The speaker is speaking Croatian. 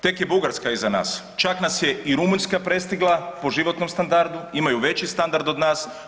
Tek je Bugarska iza nas, čak nas je i Rumunjska prestigla po životnom standardu, imaju veći standard od nas.